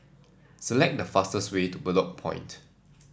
select the fastest way to Bedok Point